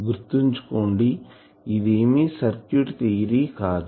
గుర్తుంచుకోండి ఇదేమి circuit theory కాదు